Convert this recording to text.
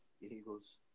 Eagles